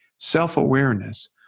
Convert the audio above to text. self-awareness